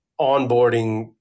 onboarding